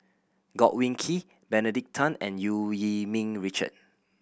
Godwin Koay Benedict Tan and Eu Yee Ming Richard